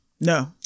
No